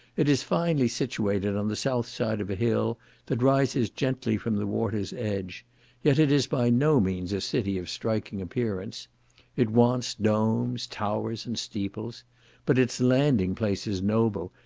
it is finely situated on the south side of a hill that rises gently from the water's edge yet it is by no means a city of striking appearance it wants domes, towers, and steeples but its landing-place is noble,